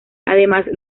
además